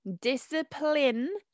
Discipline